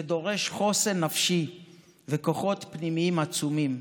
זה דורש חוסן נפשי וכוחות פנימיים עצומים.